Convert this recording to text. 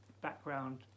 background